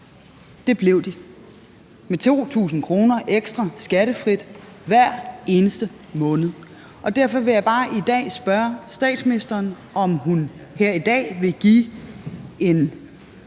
det blev de med 2.000 kr. ekstra skattefrit hver eneste måned. Derfor vil jeg bare spørge statsministeren, om hun her i dag vil give en